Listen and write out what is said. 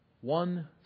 One